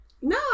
No